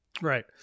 Right